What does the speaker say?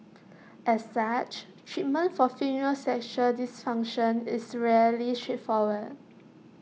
as such treatment for female sexual dysfunction is rarely straightforward